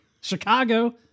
Chicago